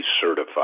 certified